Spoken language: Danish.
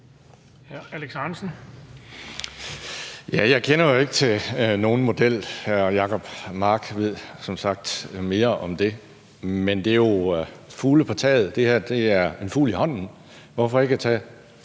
Jeg kender jo ikke til nogen model. Hr. Jacob Mark ved som sagt mere om det, men det er jo fugle på taget. Det her er en fugl i hånden. Hvorfor ikke tage